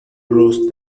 los